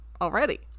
already